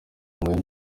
impuhwe